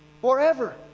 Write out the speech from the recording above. forever